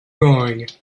going